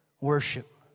worship